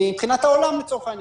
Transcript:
מבחינת העולם לצורך העניין.